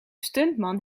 stuntman